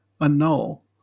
annul